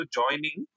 joining